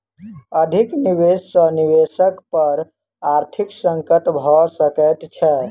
अधिक निवेश सॅ निवेशक पर आर्थिक संकट भ सकैत छै